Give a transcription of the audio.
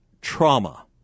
trauma